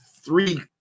three